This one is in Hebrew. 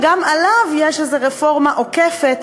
שגם עליו יש איזה רפורמה עוקפת,